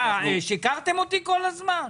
מה, שיקרתם אותי כל הזמן?